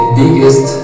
biggest